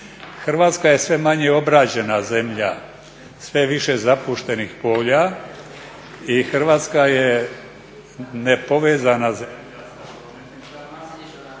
Hrvatska je sve manje obrađena zemlja, sve je više zapuštenih polja i Hrvatska je nepovezana zemlja